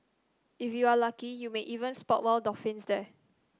if you are lucky you may even spot wild dolphins there